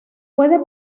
puede